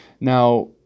Now